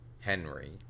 Henry